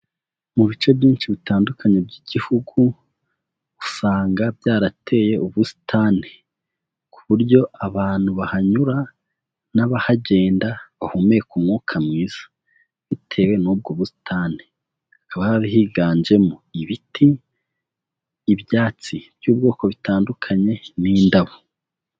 Mu bice byinshi bitandukanye by'igihugu, usanga byarateye ubusitani, ku buryo abantu bahanyura n'abahagenda bahumeka umwuka mwiza, bitewe n'ubwo busitani, haaba higanjemo ibiti, ibyatsi by'ubwoko butandukanye n'indabo.